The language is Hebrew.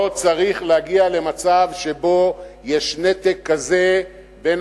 לא צריך להגיע למצב שבו יש נתק כזה בין